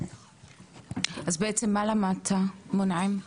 אז בעצם מה למדת מונים?